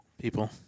People